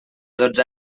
dotze